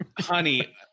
honey